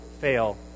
fail